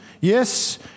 Yes